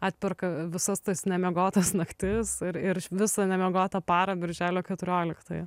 atperka visas tas nemiegotas naktis ir ir visą nemiegotą parą birželio keturioliktąją